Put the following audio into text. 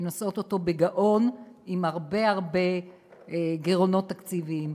ונושאות אותו בגאון עם הרבה הרבה גירעונות תקציביים.